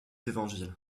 évangiles